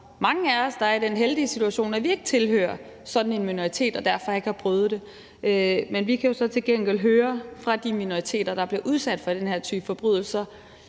mange af os, der er i den heldige situation, at vi ikke tilhører sådan en minoritet og derfor ikke har prøvet det. Men vi kan jo så til gengæld høre fra de minoriteter, der bliver udsat for den her type forbrydelser,